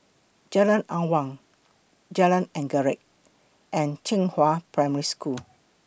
Jalan Awang Jalan Anggerek and Zhenghua Primary School